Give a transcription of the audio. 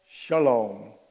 Shalom